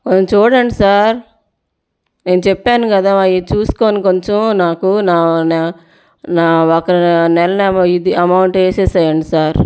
కొంచెం చూడండి సర్ నేను చెప్పాను కదా ఇది చూసుకొని కొంచెం నాకు నా ఒక నెల అమౌంట్ వేసేసేయండి సర్